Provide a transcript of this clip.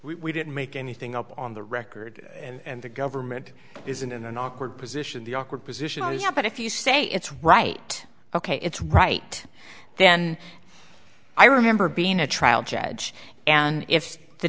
we don't make anything up on the record and the government is in an awkward position the awkward position but if you say it's right ok it's right then i remember being a trial judge and if the